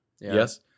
Yes